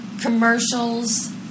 commercials